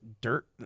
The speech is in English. dirt